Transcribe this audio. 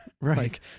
Right